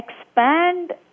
expand